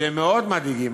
שהם מאוד מדאיגים,